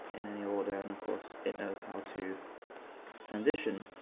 in any order and of course, it knows how to transition.